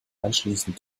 anschließend